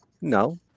No